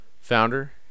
founder